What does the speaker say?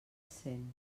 cent